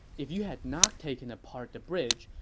if you had not taken apart the bridge,